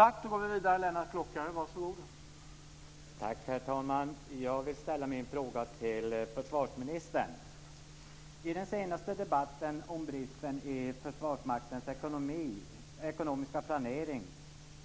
Herr talman! Jag har en fråga till försvarsministern. I den senaste debatten om bristen när det gäller Försvarsmaktens ekonomiska planering